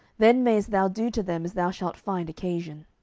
then mayest thou do to them as thou shalt find occasion.